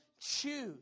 choose